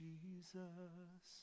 Jesus